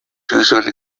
usually